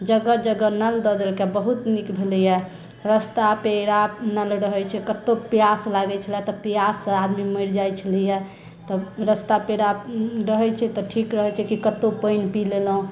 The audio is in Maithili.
जगह जगह नल दऽ देलकै बहुत नीक भेलैया रस्ता पेरा नल रहैत छै कतहुँ प्यास लागैत छलय तऽ प्यास से आदमी मरि जाइत छलैया तऽ रस्ता पेरा रहैत छै तऽ ठीक रहैत छै कि कतहुँ पानि पी लेलहुँ